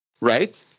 right